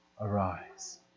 arise